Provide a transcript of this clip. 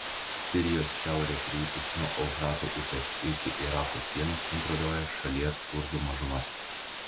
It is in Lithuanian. sirijos šiaurės rytus nuo eufrato upės iki irako sienos kontroliuoja šalies kurdų mažuma